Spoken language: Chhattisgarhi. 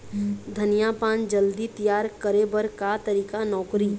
धनिया पान जल्दी तियार करे बर का तरीका नोकरी?